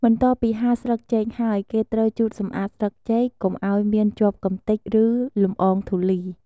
បន្ទាប់ពីហាលស្លឹកចេកហើយ គេត្រូវជូតសម្អាតស្លឹកចេកកុំឱ្យមានជាប់កំទេច ឬលម្អងធូលី។